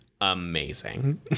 amazing